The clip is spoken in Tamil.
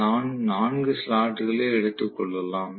நான் 4 ஸ்லாட் களை எடுத்துக் கொள்ளலாம்